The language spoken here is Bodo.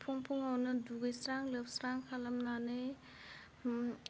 फुं फुङावनो दुगैस्रां लोबस्रां खालामनानै